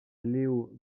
leo